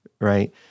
right